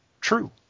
true